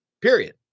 period